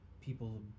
people